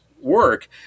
work